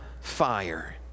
fire